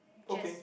okay